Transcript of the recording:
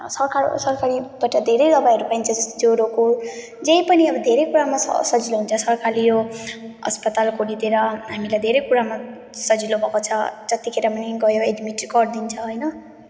सरकार सरकारीबाट धेरै दबाईहरू पाइन्छ जस्तै ज्वरोको जे पनि अब धेरै कुरामा स सजिलो हुन्छ सरकारी यो अस्पताल खोलिदिएर हामीलाई धेरै कुरामा सजिलो भएको छ जतिखेर पनि गयो एड्मिट गरिदिन्छ होइन